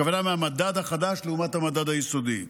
הכוונה מהמדד החדש לעומת המדד היסודי.